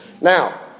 Now